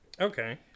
Okay